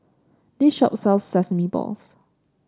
this shop sells Sesame Balls